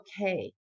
okay